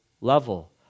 level